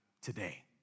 today